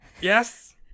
yes